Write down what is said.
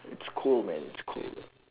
it's cold man it's cold